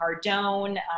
Cardone